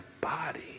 body